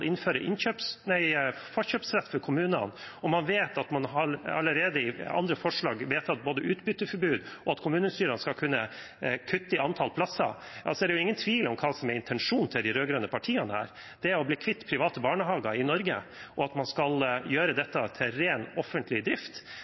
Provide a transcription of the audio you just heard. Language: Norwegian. innføre forkjøpsrett for kommunene, og man vet at man allerede i andre forslag har vedtatt både utbytteforbud, og at kommunestyrene skal kunne kutte i antall plasser, er det ingen tvil om hva som er intensjonen til de rød-grønne partiene her; det er å bli kvitt private barnehager i Norge, og at man skal gjøre dette til ren offentlig drift.